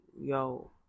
yo